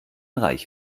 reich